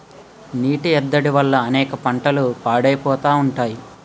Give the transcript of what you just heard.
నీటి ఎద్దడి వల్ల అనేక పంటలు పాడైపోతా ఉంటాయి